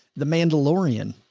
the mandalorian.